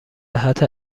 صحت